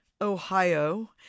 Ohio